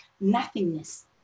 nothingness